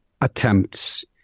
attempts